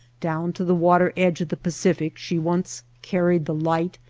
down to the water-edge of the pacific she once carried the light,